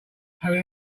having